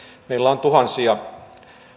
meillä on tuhansia